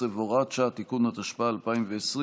18 והוראת שעה) (תיקון), התשפ"א 2020,